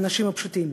האנשים הפשוטים.